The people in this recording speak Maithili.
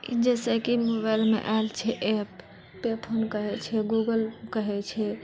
जैसे कि मोबाइलमे एप छै पे फोन कहै छै गूगल कहै छै